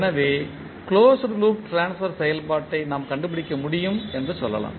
எனவே closed loop transfer செயல்பாட்டை நாம் கண்டுபிடிக்க முடியும் என்று சொல்லலாம்